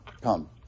come